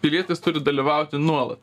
pilietis turi dalyvauti nuolat